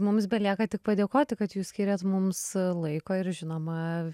mums belieka tik padėkoti kad jūs skyrėt mums laiko ir žinoma